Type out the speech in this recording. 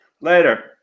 Later